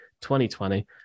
2020